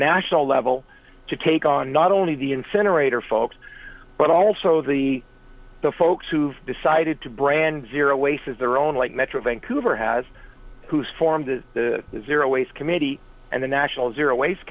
national level to take on not only the incinerator folks but also the the folks who've decided to brand zero waste as their own like metro vancouver has who's formed the zero waste committee and the national zero waste